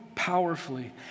Powerfully